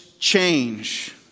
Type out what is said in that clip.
Change